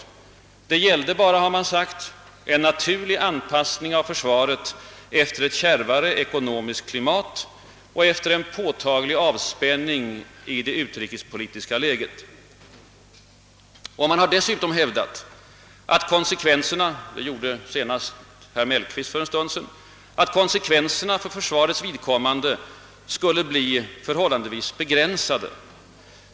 Det gällde bara, har man sagt, en naturlig anpassning av försvaret efter ett kärvare ekonomiskt klimat och efter en påtaglig avspänning i det utrikespolitiska läget. Man har dessutom hävdat — det gjorde senast herr Mellqvist för en stund sedan — att konsekvenserna för försva rets vidkommande skulle bli förhållandevis begränsade.